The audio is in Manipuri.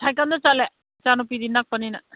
ꯁꯥꯏꯀꯜꯗ ꯆꯠꯂꯦ ꯏꯆꯥ ꯅꯨꯄꯤꯗꯤ ꯅꯛꯄꯅꯤꯅ